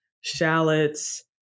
shallots